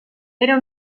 era